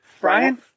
brian